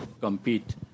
compete